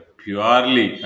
purely